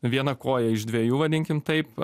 vieną koją iš dvejų vadinkim taip